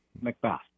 Macbeth